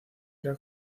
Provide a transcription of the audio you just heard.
era